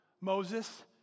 Moses